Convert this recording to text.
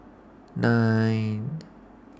nine